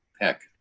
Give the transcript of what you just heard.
heck